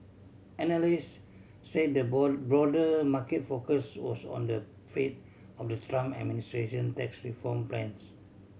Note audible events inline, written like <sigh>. analyst said the <unintelligible> broader market focus was on the fate of the Trump administration tax reform plans